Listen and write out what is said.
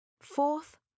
Fourth